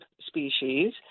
species